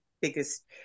biggest